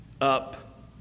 up